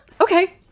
Okay